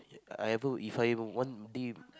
I ever If I have one day